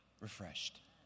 refreshed